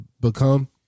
become